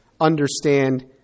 understand